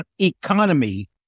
Economy